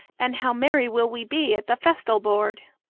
and how merry will we be at the festal board!